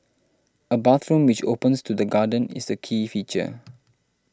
a bathroom which opens to the garden is the key feature